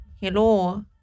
Hello